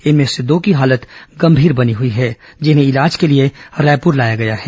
इनमें से दो की हालत गंभीर बनी हुई है जिन्हें इलाज के लिए रायपुर लाया गया है